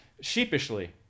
Sheepishly